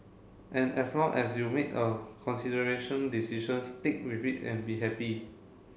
and as long as you made a consideration decision stick with it and be happy